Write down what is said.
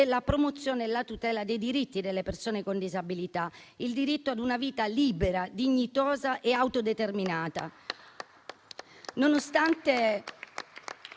della promozione della tutela dei diritti delle persone con disabilità, al tema del diritto a una vita libera, dignitosa e autodeterminata.